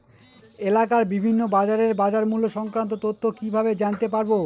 এলাকার বিভিন্ন বাজারের বাজারমূল্য সংক্রান্ত তথ্য কিভাবে জানতে পারব?